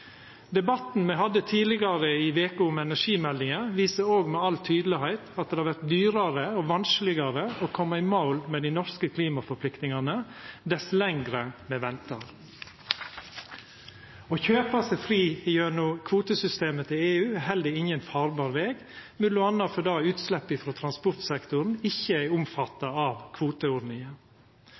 Debatten me hadde tidlegare i veka om energimeldinga, viser òg med all tydelegheit at det vert dyrare og vanskelegare å koma i mål med dei norske klimaforpliktingane dess lenger me ventar. Å kjøpa seg fri gjennom kvotesystemet til EU er heller ingen farbar veg, m.a. fordi utslepp frå transportsektoren ikkje er omfatta av kvoteordninga.